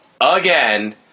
again